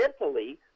mentally